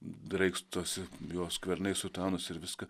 draikstosi jo skvernai sutanos ir viską